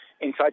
inside